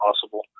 possible